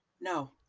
No